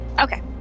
Okay